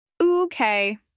Okay